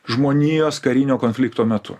žmonijos karinio konflikto metu